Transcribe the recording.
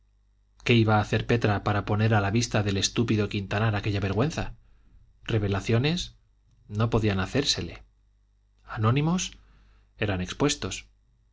qué iba a hacer petra para poner a la vista del estúpido quintanar aquella vergüenza revelaciones no podían hacérsele anónimos eran expuestos